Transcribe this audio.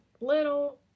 little